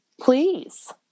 please